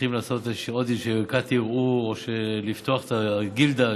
וצריכים לעשות עוד איזושהי ערכאת ערעור או לפתוח את הגילדה,